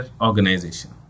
organization